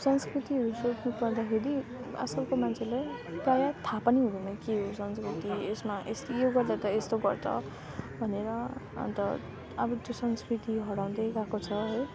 संस्कृतिहरू सोध्नु पर्दाखेरि आजकलको मान्छेलाई प्राय थाहा पनि हुँदैन के हो संस्कृति यसमा यो गर्दा त यस्तो गर्दा भनेर अन्त अब त्यो संस्कृति हराउँदै गएको छ है